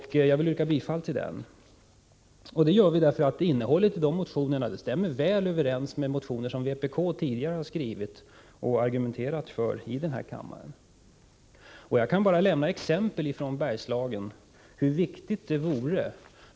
Jag vill yrka bifall till den reservationen. Innehållet i de här motionerna stämmer väl överens med förslag som vpk tidigare ställt och argumenterat för här i kammaren. Jag kan bara ge exempel från Bergslagen.